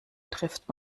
trifft